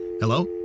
Hello